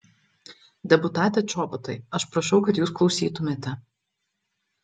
deputate čobotai aš prašau kad jūs klausytumėte